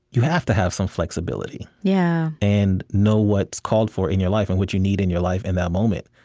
you have to have some flexibility yeah and know what's called for in your life and what you need in your life at and that moment.